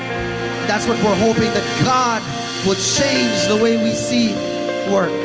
that's what we're hoping that god will change the way we see work.